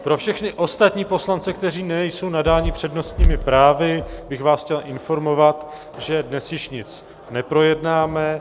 Pro všechny ostatní poslance, kteří nejsou nadáni přednostními právy, bych vás chtěl informovat, že dnes již nic neprojednáme.